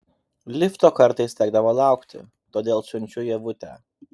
lifto kartais tekdavo laukti todėl siunčiu ievutę